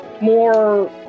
more